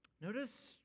notice